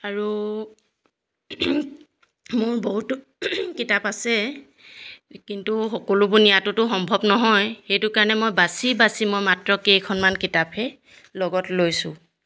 আৰু মোৰ বহুতো কিতাপ আছে কিন্তু সকলোবোৰ নিয়াটোতো সম্ভৱ নহয় সেইটো কাৰণে মই বাচি বাচি মই মাত্ৰ কেইখনমান কিতাপহে লগত লৈছোঁ